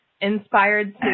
inspired